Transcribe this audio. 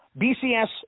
BCS